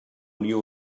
unió